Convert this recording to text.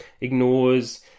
ignores